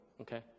Okay